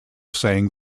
sang